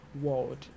world